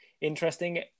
interesting